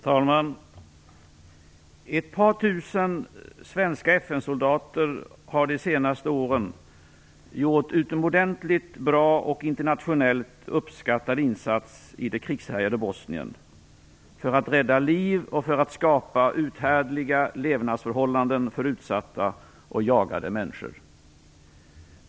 Herr talman! Ett par tusen svenska FN-soldater har de senaste åren gjort en utomordentligt bra och internationellt uppskattad insats i det krigshärjade Bosnien för att rädda liv och för att skapa uthärdliga levnadsförhållanden för utsatta och jagade människor.